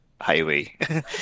highway